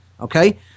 Okay